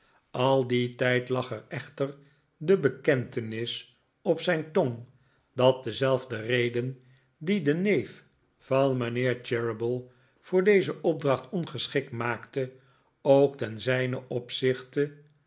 al dien tijd lag echter de bekentenis op zijn tong dat dezelfde reden die den neef van mijnheer cheeryble voor deze opdracht ongeschikt maakte ook ten zijnen opzichte